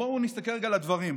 בואו נסתכל רגע על הדברים.